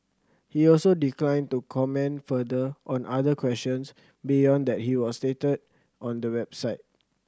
he also declined to comment further on other questions beyond that he was stated on the website